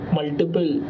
multiple